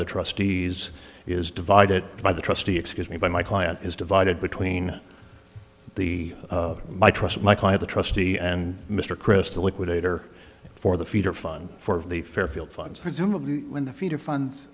the trustees is divided by the trustee excuse me by my client is divided between the my trust my client the trustee and mr kristol liquidator for the feeder fund for the fairfield funds presumably when the feeder funds